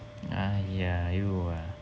!aiya! you ah